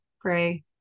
pray